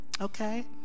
okay